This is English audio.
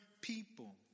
people